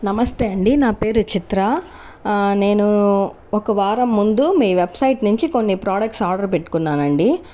నమస్తే అండి నా పేరు చిత్ర నేను ఒక వారం ముందు మీ వెబ్సైట్ నుంచి కొన్ని ప్రోడక్ట్ ఆర్డర్ పెట్టుకున్నానండి